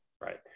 right